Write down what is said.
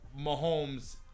Mahomes